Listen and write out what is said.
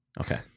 Okay